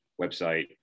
website